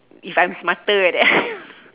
if I'm smarter like that